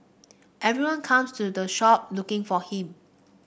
everyone comes to the shop looking for him